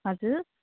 हजुर